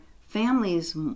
families